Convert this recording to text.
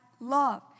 love